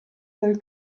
del